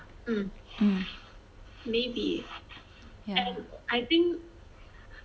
hmm maybe and I think